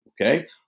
okay